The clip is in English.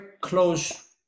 close